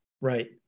Right